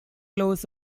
loss